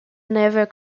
never